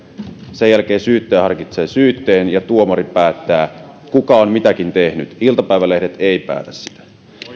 sen jälkeen syyttäjä harkitsee syytteen ja tuomari päättää kuka on mitäkin tehnyt iltapäivälehdet eivät päätä sitä